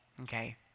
okay